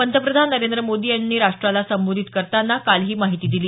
पंतप्रधान नरेंद्र मोदी यांनी राष्ट्राला संबोधित करताना काल ही माहिती दिली